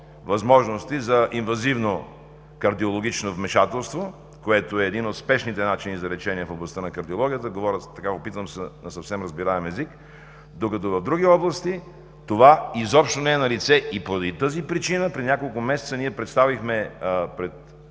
възможности за инвазивно кардиологично вмешателство, което е един от спешните начини за лечение в областта на кардиологията – опитвам се да говоря на съвсем разбираем език, докато в други области това изобщо не е налице. Поради тази причина ние преди няколко месеца представихме пред